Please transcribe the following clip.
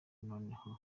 noneho